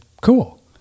cool